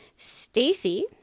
Stacy